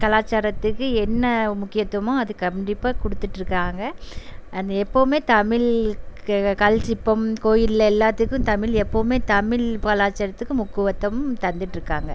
கலாச்சாரத்துக்கு என்ன முக்கியத்துவமோ அது கண்டிப்பாக கொடுத்துட்ருக்காங்க அது எப்போவுமே தமிழ் க கல்சிற்பம் கோயிலில் எல்லாத்துக்கும் தமிழ் எப்போவுமே தமிழ் கலாச்சாரத்துக்கு முக்யத்வம் தந்துகிட்ருக்காங்க